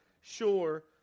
sure